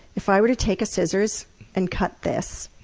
if i were to take scissors and cut this,